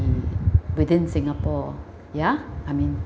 within singapore ya I mean